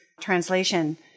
translation